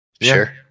sure